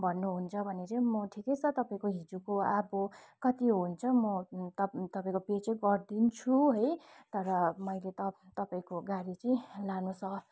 भन्नुहुन्छ भने चाहिँ म ठिकै छ तपाईँको हिजोको अब कति हुन्छ म त तपाईँको पे चाहिँ गरिदिन्छु है तर मैले तपाईँको गाडी चाहिँ लान स